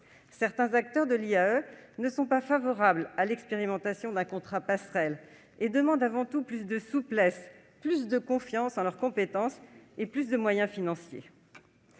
Certains acteurs de l'IAE ne sont pas favorables à l'expérimentation d'un « contrat passerelle » et demandent avant tout plus de souplesse, plus de confiance en leurs compétences et plus de moyens financiers.